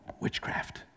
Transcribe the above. witchcraft